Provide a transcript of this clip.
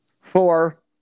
Four